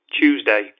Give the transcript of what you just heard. Tuesday